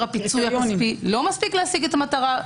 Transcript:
הפיצוי הכספי לא מספיק להציג את המטרה.